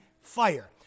fire